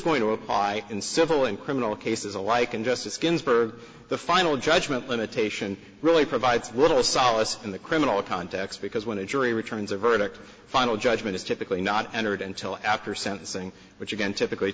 going to apply in civil and criminal cases alike and justice ginsburg the final judgment limitation really provides little solace in the criminal context because when a jury returns a verdict final judgment is typically not entered until after sentencing which again typically